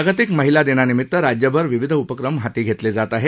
जागतिक महिला दिनानिमित राज्यभर विविध उपक्रम हाती घेतले जात आहेत